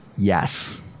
yes